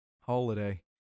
holiday